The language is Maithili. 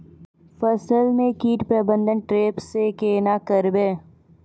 फसल म कीट प्रबंधन ट्रेप से केना करबै?